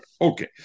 Okay